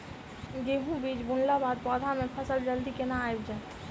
गेंहूँ बीज बुनला बाद पौधा मे फसल जल्दी केना आबि जाइत?